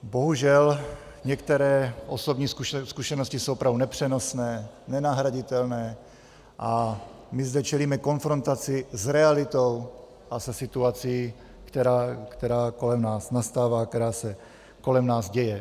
Bohužel, některé osobní zkušenosti jsou opravdu nepřenosné, nenahraditelné a my zde čelíme konfrontaci s realitou a se situací, která kolem nás nastává, která se kolem nás děje.